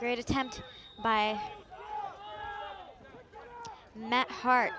great attempt by heart